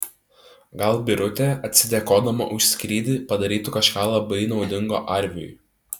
gal birutė atsidėkodama už skrydį padarytų kažką labai naudingo arviui